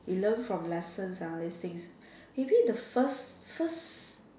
we learn from lessons and all these things maybe the first first